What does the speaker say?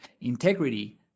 Integrity